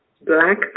black